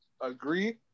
agree